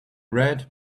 red